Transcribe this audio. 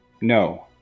No